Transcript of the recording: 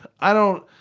i don't.